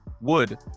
wood